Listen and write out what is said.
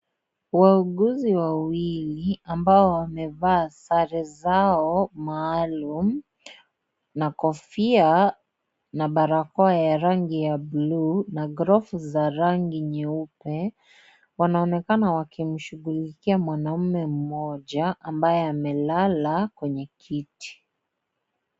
Wauguzi wawili ambao wamevaa sare zao maalum na kofia na barakoa ya rangi ya blue na glavu za rangi nyeupe wanaonenakana wakimshughulikia mwanamme mmoja ambaye amelala kwenye kiti.